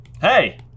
Hey